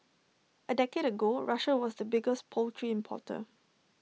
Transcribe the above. A decade ago Russia was the biggest poultry importer